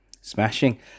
Smashing